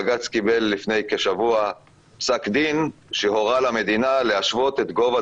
בג"ץ קיבל לפני כשבוע פסק דין שהורה למדינה להשוות את גובה